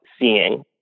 seeing